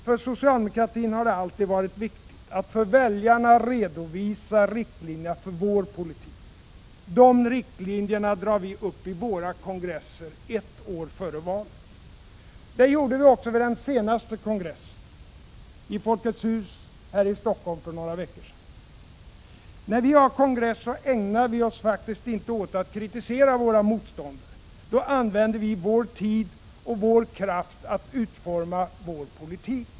För socialdemokratin har det alltid varit viktigt att för väljarna redovisa riktlinjerna för vår politik. De riktlinjerna drar vi upp vid våra kongresser ett år före valet. Det gjorde vi också vid den senaste partikongressen i Folkets hus här i Stockholm för några veckor sedan. När vi har kongress ägnar vi oss faktiskt inte åt att kritisera våra motståndare. Då använder vi vår tid och vår kraft åt att utforma vår politik.